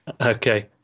Okay